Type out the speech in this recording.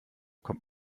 kommt